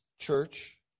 church